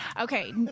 Okay